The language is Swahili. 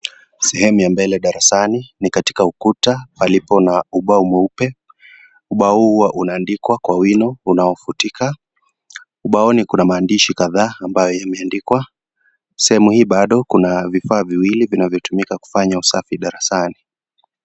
Sehemu ya mbele darasani ni katika ukuta alipo na ubao mweupe. Ubao huu huwa unaandikwa kwa wino unaofutika. Ubaoni kuna maandishi kadhaa ambayo imeandikwa, sehemu hii bado kuna vifaa viwili ambavyo vinatumika kufanya usafi darasani .